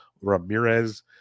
Ramirez